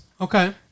Okay